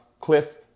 Cliff